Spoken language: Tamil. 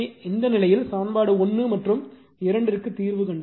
எனவே இந்த நிலையில் சமன்பாடு 1 மற்றும் 2 ற்கு தீர்வு கண்டால் i1 1